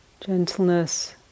gentleness